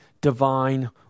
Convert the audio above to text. divine